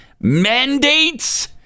mandates